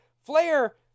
flair